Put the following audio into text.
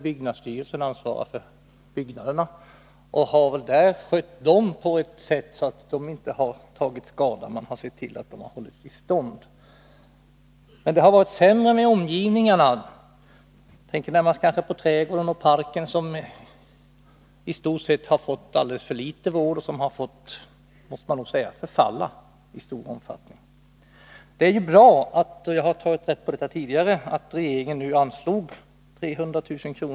Byggnadsstyrelsen ansvarar för byggnaderna och har väl skött dem på sådant sätt att de inte tagit skada — man har sett till att de har hållits i stånd. Det har varit sämre med omgivningarna — jag tänker då närmast på trädgården och parken, som fått alldeles för litet vård och som i stor utsträckning fått — det måste man säga — förfalla. Det är bra att regeringen förra året anslog 300 000 kr.